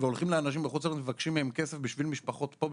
והולכים לאנשים בחוץ לארץ ומבקשים מהם כסף בשביל משפחות פה,